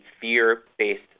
fear-based